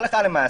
הלכה למעשה,